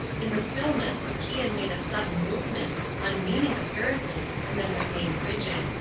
in the stillness macian made a sudden movement, unmeaning apparently, and then remained rigid.